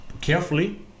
carefully